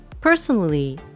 personally